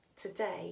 Today